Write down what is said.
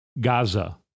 Gaza